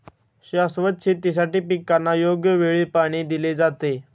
शाश्वत शेतीसाठी पिकांना योग्य वेळी पाणी दिले जाते